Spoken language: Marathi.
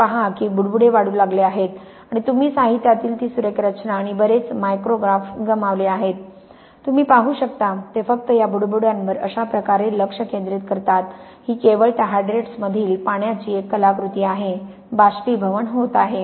हे पहा की बुडबुडे वाढू लागले आहेत आणि तुम्ही साहित्यातील ती सुरेख रचना आणि बरेच मायक्रोग्राफ गमावले आहेत तुम्ही पाहू शकता ते फक्त या बुडबुड्यांवर अशा प्रकारे लक्ष केंद्रित करतात ही केवळ त्या हायड्रेट्समधील पाण्याची एक कलाकृती आहे बाष्पीभवन होत आहे